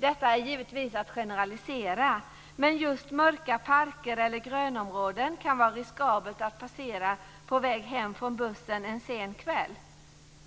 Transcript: Detta är givetvis att generalisera, men just mörka parker eller grönområden kan det vara riskabelt att passera på väg hem från bussen en sen kväll.